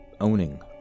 owning